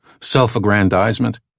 self-aggrandizement